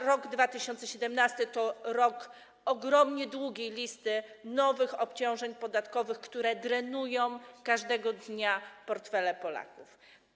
Rok 2017 to rok ogromnie długiej listy nowych obciążeń podatkowych, które drenują każdego dnia portfele Polaków.